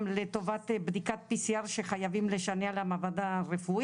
לטובת בדיקתPCR שחייבים לשנע למעבדה רפואית.